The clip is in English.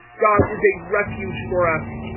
god is a refuge for us.